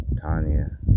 Tanya